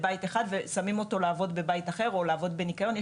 בבית אחד ושמים אותו לעבוד בבית אחר או לעבוד בניקיון הבית,